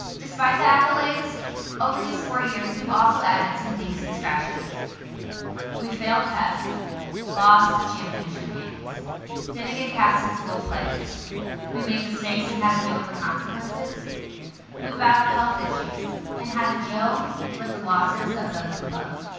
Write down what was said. despite the accolades over these four years we've also added some dings and scratches we failed tests lost championship games didn't get cast in school plays we made mistakes and how to deal with the consequences we've battled health issues and how to deal with the losses of those we love